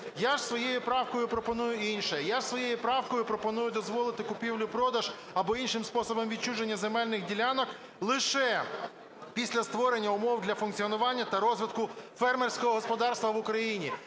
Я ж своєю правкою пропоную інше. Я своєю правкою пропоную дозволити купівлю-продаж або іншим способом відчуження земельних ділянок лише після створення умов для функціонування та розвитку фермерського господарства в Україні.